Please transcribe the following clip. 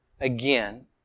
again